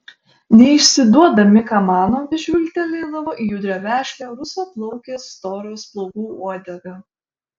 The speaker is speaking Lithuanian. neišsiduodami ką mano vis žvilgtelėdavo į judrią vešlią rusvaplaukės toros plaukų uodegą